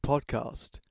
podcast